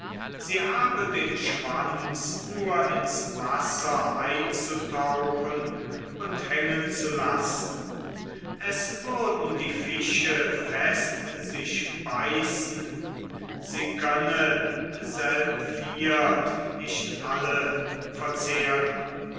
sie habe den schwanz nur ins wasser einzutauchen und hängen zu lassen es würden die fische fest sich beißen sie könne selbviert nicht alle verzehren